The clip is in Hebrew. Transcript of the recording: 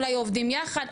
אולי עובדים יחד,